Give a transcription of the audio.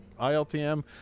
ILTM